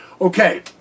Okay